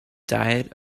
diet